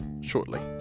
shortly